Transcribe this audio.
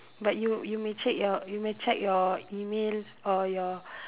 but you you may check your you may check your email or your